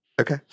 okay